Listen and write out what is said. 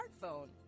smartphone